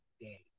day